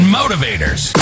motivators